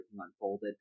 unfolded